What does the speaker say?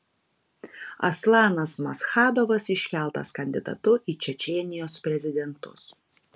aslanas maschadovas iškeltas kandidatu į čečėnijos prezidentus